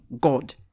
God